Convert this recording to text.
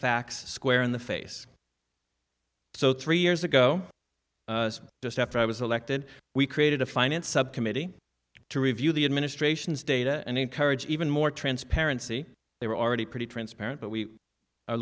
facts square in the face so three years ago just after i was elected we created a finance subcommittee to review the administration's data and encourage even more transparency they were already pretty transparent but we are